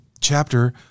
chapter